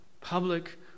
public